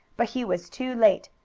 but he was too late.